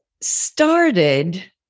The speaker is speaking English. started